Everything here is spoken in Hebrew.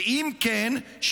ואם כן,